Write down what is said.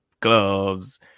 gloves